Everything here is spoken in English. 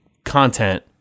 content